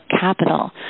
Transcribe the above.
capital